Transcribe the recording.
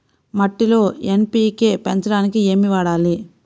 మట్టిలో ఎన్.పీ.కే పెంచడానికి ఏమి వాడాలి?